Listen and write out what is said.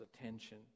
attention